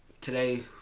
Today